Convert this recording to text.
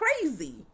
crazy